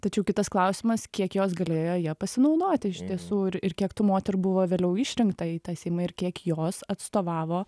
tačiau kitas klausimas kiek jos galėjo ja pasinaudoti iš tiesų ir ir kiek tų moterų buvo vėliau išrinktą į tą seimą ir kiek jos atstovavo